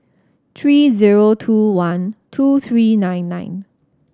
three zero two one two three nine nine